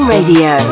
Radio